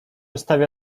stawia